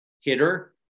hitter